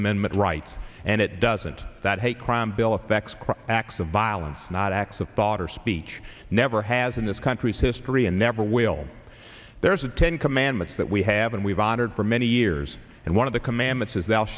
amendment rights and it doesn't that hate crime bill affects acts of violence not acts of thought or speech never has in this country's history and never will there's a ten commandments that we have and we've honored for many years and one of the commandments is